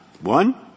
one